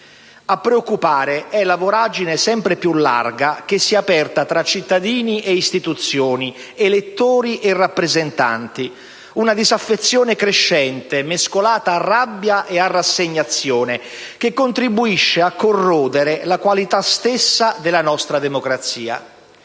A preoccupare è la voragine sempre più larga che si è aperta tra cittadini e istituzioni, elettori e rappresentanti, una disaffezione crescente, mescolata a rabbia e a rassegnazione, che contribuisce a corrodere la qualità stessa della nostra democrazia.